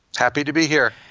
happy to be here.